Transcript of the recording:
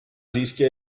siiski